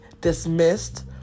dismissed